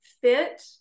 fit